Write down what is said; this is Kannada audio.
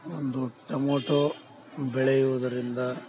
ಒಂದು ಟೊಮೊಟೊ ಬೆಳೆಯುವುದರಿಂದ